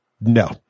No